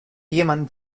jemanden